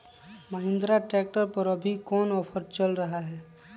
Mahindra tractor पर अभी कोन ऑफर चल रहा है?